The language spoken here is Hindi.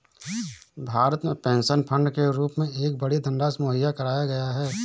भारत में पेंशन फ़ंड के रूप में एक बड़ी धनराशि मुहैया कराया गया है